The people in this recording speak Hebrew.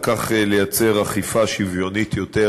וכך לייצר אכיפה שוויונית יותר